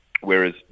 Whereas